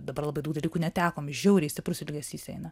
dabar labai daug dalykų netekom žiauriai stiprus ilgesys eina